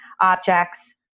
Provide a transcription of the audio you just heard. objects